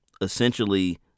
essentially